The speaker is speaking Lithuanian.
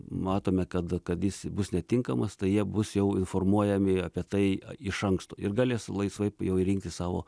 matome kad kad jis bus netinkamas tai jie bus jau informuojami apie tai iš anksto ir galės laisvai rinktis savo